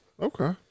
Okay